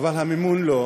אבל המימון לא,